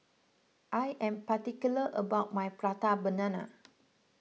I am particular about my Prata Banana